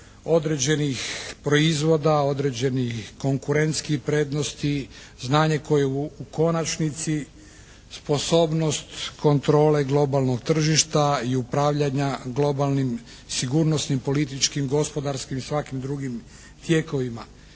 određenih proizvoda, određenih konkurentskih prednosti, znanje koje u konačnici sposobnost kontrole globalnog tržišta i upravljanja globalnim sigurnosnim, političkim, gospodarskim i svakim drugim tijekovima.